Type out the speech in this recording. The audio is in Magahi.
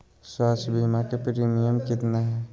स्वास्थ बीमा के प्रिमियम कितना है?